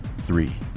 Three